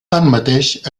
tanmateix